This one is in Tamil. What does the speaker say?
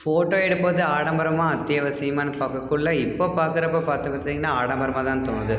ஃபோட்டோ எடுப்பது ஆடம்பரமா அத்தியாவசியமான்னு பார்க்கக்குள்ள இப்போது பார்க்கறப்போ பார்த்துக்கிட்டீங்கன்னா ஆடம்பரமாக தான் தோணுது